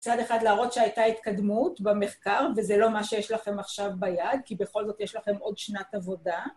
בצד אחד להראות שהייתה התקדמות במחקר וזה לא מה שיש לכם עכשיו ביד, כי בכל זאת יש לכם עוד שנת עבודה.